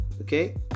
Okay